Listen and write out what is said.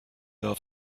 off